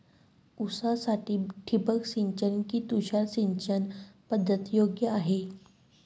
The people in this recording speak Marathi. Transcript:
ऊसासाठी ठिबक सिंचन कि तुषार सिंचन पद्धत योग्य आहे?